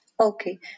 Okay